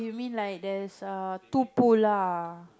you mean like there's err two pool lah